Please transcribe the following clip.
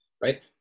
right